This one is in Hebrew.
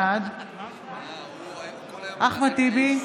בעד אחמד טיבי,